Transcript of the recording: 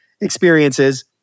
experiences